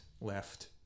left